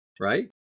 right